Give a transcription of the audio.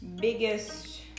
biggest